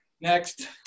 next